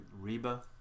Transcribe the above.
Reba